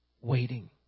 waiting